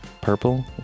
Purple